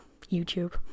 YouTube